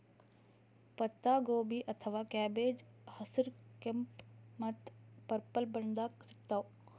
ಪತ್ತಾಗೋಬಿ ಅಥವಾ ಕ್ಯಾಬೆಜ್ ಹಸ್ರ್, ಕೆಂಪ್ ಮತ್ತ್ ಪರ್ಪಲ್ ಬಣ್ಣದಾಗ್ ಸಿಗ್ತಾವ್